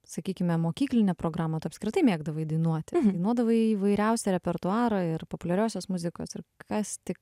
sakykime mokyklinę programą tu apskritai mėgdavai dainuoti nuodavai įvairiausią repertuarą ir populiariosios muzikos ir kas tik